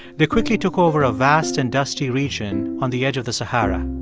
they quickly took over a vast and dusty region on the edge of the sahara,